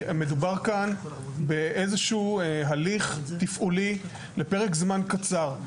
מדובר כאן באיזשהו הליך תפעולי לפרק זמן קצר.